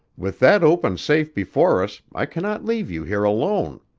with that open safe before us i cannot leave you here alone.